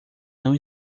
não